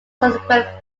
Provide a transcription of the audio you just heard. subsequent